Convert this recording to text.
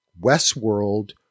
Westworld